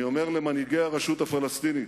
אני אומר למנהיגי הרשות הפלסטינית: